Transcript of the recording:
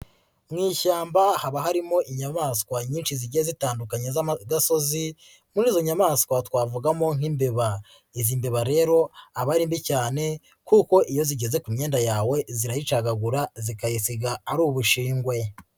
Mu ishyamba haba harimo inyamaswa nyinshi zigiye zitandukanye zigasozi, muri izo nyamaswa twavugamo nk'imbeba. Iz'imbeba rero aba ari mbi cyane kuko iyo zigeze ku myenda yawe zirayicagagura zikayisiga ari ubushigwe.